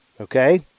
Okay